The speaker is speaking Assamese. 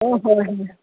অঁ হয় হয়